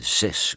zes